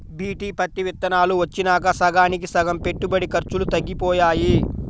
BT పత్తి విత్తనాలు వచ్చినాక సగానికి సగం పెట్టుబడి ఖర్చులు తగ్గిపోయాయి